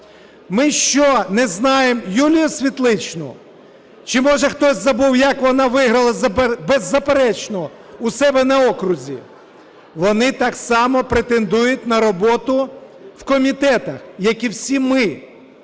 Ми що, не знаємо Юлію Світличну? Чи може хтось забув як вона виграла беззаперечно у себе на окрузі? Вони так само претендують на роботу в комітетах, як і всі ми.